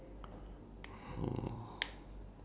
parents children and education ya